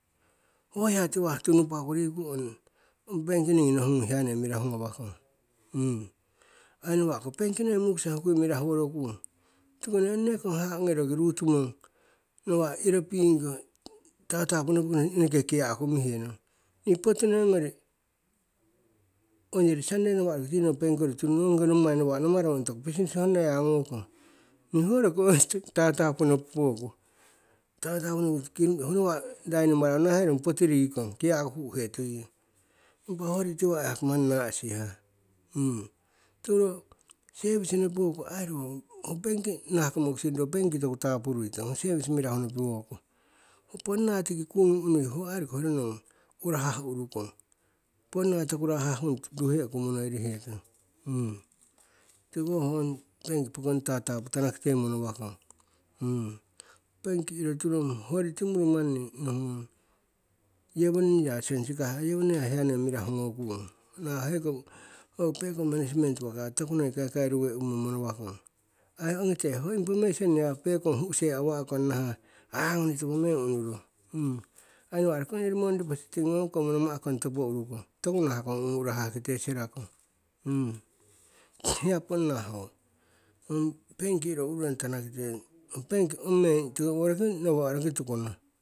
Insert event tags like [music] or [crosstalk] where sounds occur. Ho hiya tiwa' tunupaku riku ong, ong benki ningi nohungung hiya nei mirahu ngawakong. [hesitation] Ai nawa'ko benki nei mukisa hukui riku mirahu worokung. Tiko ho nekong haha' ongi roki ruu tumong nawa' iro pingko tatapu nopihe, eneke kiaku ko mihenong. Ni poti noi ngori onyori sunday nawa' roki ti nong benki kori tu' [unintelligible] ongiko nomai namakong ong nommai business honna ngokong ni ho roki ong [laughs] tatapu nopupoku, tatapu nopu. [unintelligible] Ho nawa' rainimarayu nahahe rong poti rikong, kiya'ku hu'hetuiong, impa hoyori tiwa' yaki mani na'sihah. [hesitation] Tiko ro sevis nopiwoki ai ro ho benki nahah ko mokusing ro benkiki toku tapurui tong, ho service mirahu nopiwoku. Ho ponna tiki kungi unui ho airoki hoyori nong urahah urukong, noi toku rahah ngung ruhe'ku monoirihetong. [hesitation] Tiko ho ong benk pokong tatapu tanakite monowakong. Benk iro turong hoyori timuru nohu ngung yewoning ya sensi kah yewoning hiya noi mirahu ngokung. Nawa' ho pekong management wako ya toku noi kaikairuwe' uhumo monowakong. Ai ongite nawa' ho information hu'se awa'kong nahah aah ngoni topo meng unurong. Ai nawa'roki ongyori moni deposit ngong kong monoma'kong [unintelligible] topo urukong, oku nahakong ong urahah kite sirakong. [noise] hiya ponna ho ong benki iro ururong tanakite, ong benki ong meng tiko owo nawa' roki tukono.